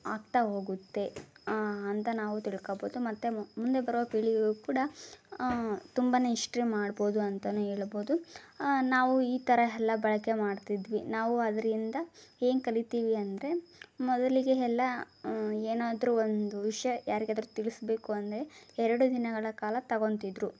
ಆಗ್ತಾ ಹೋಗುತ್ತೆ ಅಂತ ನಾವು ತಿಳ್ಕೊಬೌದು ಮತ್ತು ಮು ಮುಂದೆ ಬರೋ ಪೀಳಿಗೆಗೂ ಕೂಡ ತುಂಬಾ ಹಿಸ್ಟ್ರಿ ಮಾಡ್ಬೌದು ಅಂತಲೇ ಹೇಳ್ಬೌದು ನಾವು ಈ ಥರ ಎಲ್ಲ ಬಳಕೆ ಮಾಡ್ತಿದ್ವಿ ನಾವು ಅದರಿಂದ ಏನು ಕಲಿತೀವಿ ಅಂದರೆ ಮೊದಲಿಗೆ ಎಲ್ಲ ಏನಾದ್ರೂ ಒಂದು ವಿಷಯ ಯಾರಿಗಾದರೂ ತಿಳಿಸ್ಬೇಕು ಅಂದರೆ ಎರಡು ದಿನಗಳ ಕಾಲ ತಗೊತಿದ್ರು